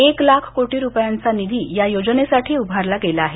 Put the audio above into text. एक लाख कोटी रुपयांचा निधी या योजनेसाठी उभारला गेला आहे